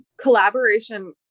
collaboration